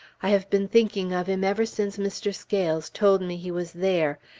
i have been thinking of him ever since mr. scales told me he was there,